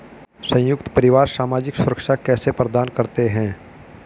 संयुक्त परिवार सामाजिक सुरक्षा कैसे प्रदान करते हैं?